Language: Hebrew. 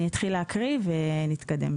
אני אתחיל להקריא ונתקדם.